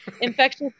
infectious